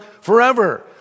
forever